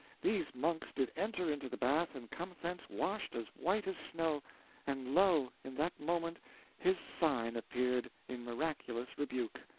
these monks did enter into the bath and come thence washed as white as snow and lo, in that moment his sign appeared, in miraculous rebuke!